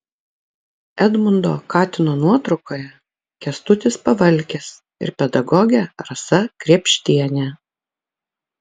edmundo katino nuotraukoje kęstutis pavalkis ir pedagogė rasa krėpštienė